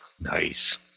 Nice